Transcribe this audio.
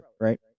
right